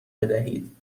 بدهید